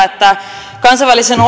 että kansainvälisen